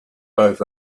both